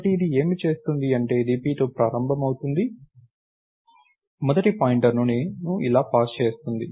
కాబట్టి ఇది ఏమి చేస్తుంది అంటే ఇది p తో ప్రారంభమవుతుంది మొదటి పాయింటర్ను ఇలా పాస్ చేస్తుంది